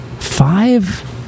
Five